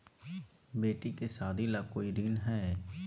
बेटी के सादी ला कोई ऋण हई?